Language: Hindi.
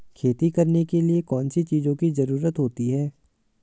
खेती करने के लिए कौनसी चीज़ों की ज़रूरत होती हैं?